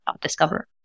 discover